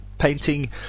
painting